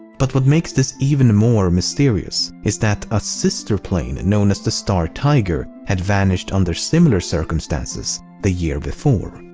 but what makes this even more mysterious is that a sister plane known as the star tiger had vanished under similar circumstances the year before.